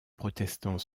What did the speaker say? protestants